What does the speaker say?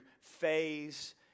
phase